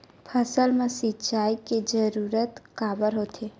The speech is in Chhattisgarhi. फसल मा सिंचाई के जरूरत काबर होथे?